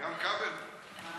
גם כבל פה.